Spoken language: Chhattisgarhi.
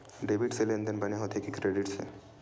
डेबिट से लेनदेन बने होथे कि क्रेडिट से?